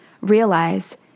realize